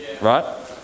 Right